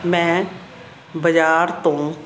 ਮੈਂ ਬਾਜ਼ਾਰ ਤੋਂ